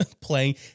playing